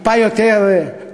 טיפה יותר פיקנטי.